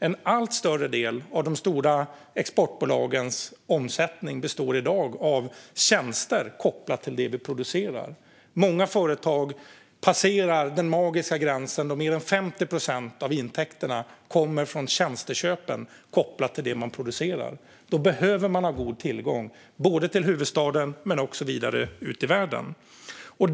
En allt större del av de stora exportbolagens omsättning består i dag av tjänster kopplade till det man producerar. Många företag passerar den magiska gränsen då mer än 50 procent av intäkterna kommer från tjänsteköp kopplade till det man producerar. Då behöver man god tillgång både till huvudstaden och vidare ut i världen.